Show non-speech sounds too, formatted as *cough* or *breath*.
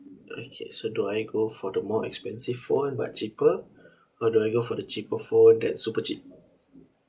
okay so do I go for the more expensive phone but cheaper *breath* or do I go for the cheaper phone that's super cheap